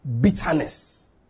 Bitterness